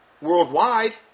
worldwide